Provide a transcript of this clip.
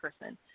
person